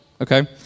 Okay